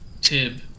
Tib